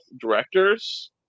directors